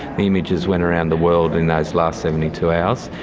the images went around the world in those last seventy two hours,